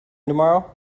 tomorrow